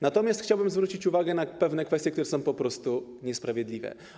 Natomiast chciałbym zwrócić uwagę na pewne kwestie i rozwiązania, które są po prostu niesprawiedliwe.